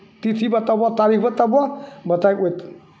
तिथि बताबह तारीख बताबह बताए दे तू